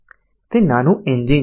તે નાનું એન્જિન છે